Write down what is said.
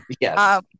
yes